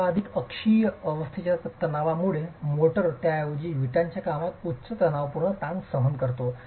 एकाधिक अक्षीय अवस्थेच्या तणावामुळे मोर्टार त्याऐवजी विटांच्या कामात उच्च तणावपूर्ण ताण सहन करतो